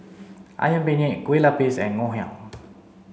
ayam penyet kue lupis and ngoh hiang